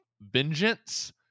vengeance